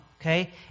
okay